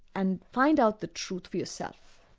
and find out the truth for yourself.